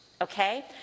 Okay